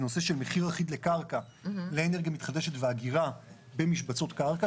זה נושא של מחיר אחיד לקרקע לאנרגיה מתחדשת ואגירה במשבצות קרקע,